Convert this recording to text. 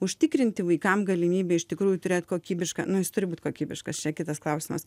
užtikrinti vaikam galimybę iš tikrųjų turėt kokybišką nu jis turi būt kokybiškas čia kitas klausimas